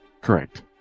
Correct